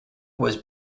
was